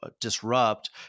disrupt